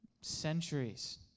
centuries